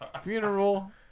Funeral